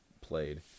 played